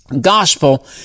gospel